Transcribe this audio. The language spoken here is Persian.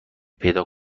پیدا